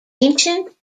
ancient